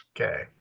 Okay